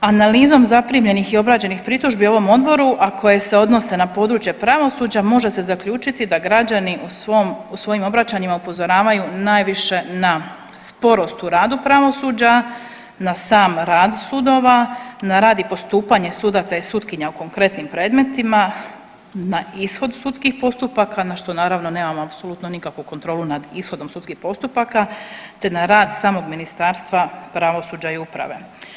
Analizom zaprimljenih i obrađenih pritužbi ovom odboru, a koje se odnose na područje pravosuđa može se zaključiti da građani u svojim obraćanjima upozoravaju najviše na sporost u radu pravosuđa, na sam rad sudova, na rad i postupanje sudaca i sutkinja u konkretnim predmetima, na ishod sudskih postupaka, na što naravno, nemamo apsolutno nikakvu kontrolu nad ishodom sudskih postupaka te na rad samog Ministarstva pravosuđa i uprave.